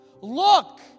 Look